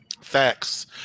Facts